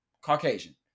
Caucasian